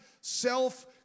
self